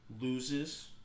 loses